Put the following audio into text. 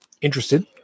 interested